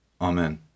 Amen